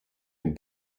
den